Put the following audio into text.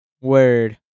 word